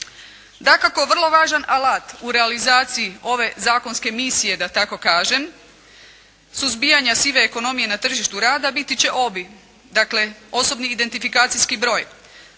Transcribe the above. Dakako vrlo važan alat u realizaciji ove zakonske misije da tako kažem, suzbijanja sive ekonomije na tržištu rada biti će ovi, dakle, osobni identifikacijski broj.